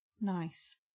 Nice